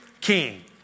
king